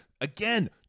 Again